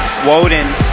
Woden